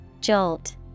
Jolt